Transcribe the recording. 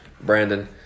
Brandon